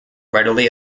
readily